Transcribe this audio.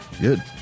Good